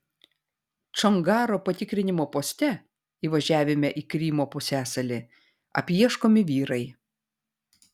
čongaro patikrinimo poste įvažiavime į krymo pusiasalį apieškomi vyrai